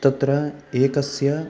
तत्र एकस्य